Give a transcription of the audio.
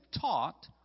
taught